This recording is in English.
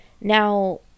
Now